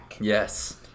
Yes